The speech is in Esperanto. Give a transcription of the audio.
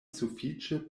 sufiĉe